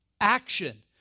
action